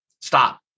Stop